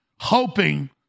hoping